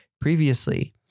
previously